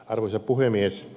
arvoisa puhemies